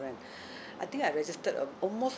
I think I registered uh almost